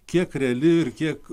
kiek reali ir kiek